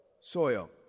Soil